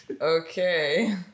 Okay